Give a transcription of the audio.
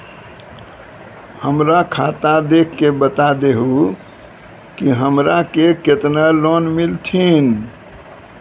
हमरा खाता देख के बता देहु के हमरा के केतना लोन मिलथिन?